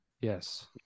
Yes